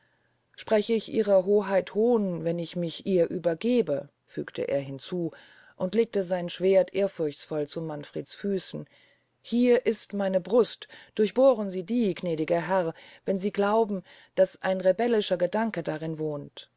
sprech ich ihrer hoheit hohn wenn ich mich ihr übergebe fügte er hinzu und legte sein schwerd ehrfurchtsvoll zu manfreds füßen hier ist meine brust durchbohren sie die gnädiger herr wenn sie glauben daß ein rebellischer gedanke darin wohnt